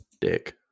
Dick